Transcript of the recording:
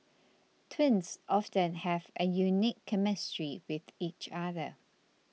twins often have a unique chemistry with each other